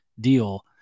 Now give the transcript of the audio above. deal